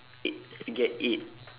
eight you get eight